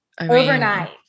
overnight